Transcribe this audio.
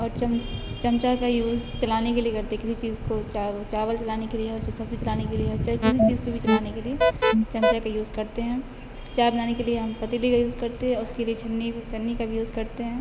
اور چمچا کا یوز چلانے کے لیے کرتے ہیں کسی چیز کو چاول چاول چلانے کے لیے اور چاہے سبزی چلانے کے لیے اور چاہے کسی چیز کو بھی چلانے کے لیے چمچا کا یوز کرتے ہیں چائے بنانے کے لیے ہم پتیلی کا یوز کرتے اور اس کے لیے چھنی بھی چھنی کا بھی یوز کرتے ہیں